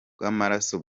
bw’amaraso